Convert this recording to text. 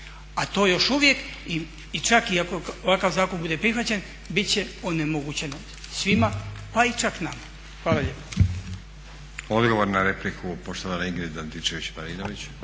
a to još uvijek i čak i ako ovakav zakon bude prihvaćen bit će onemogućeno svima pa i čak nama. Hvala lijepo. **Stazić, Nenad (SDP)** Odgovor na repliku, poštovana Ingrid Antičević Marinović.